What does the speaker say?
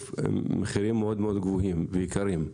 הם במחירים מאוד-מאוד גבוהים ויקרים,